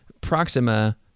Proxima